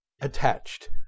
attached